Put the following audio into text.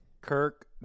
Kirk